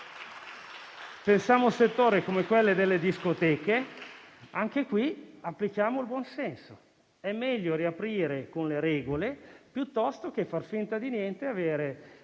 Pensiamo a un settore come quello delle discoteche: anche qui applichiamo il buon senso. È meglio riaprire con le regole piuttosto che far finta di niente e avere